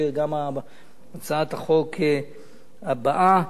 גם הצעת החוק הבאה.